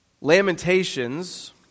Lamentations